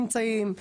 איפה הם נמצאים,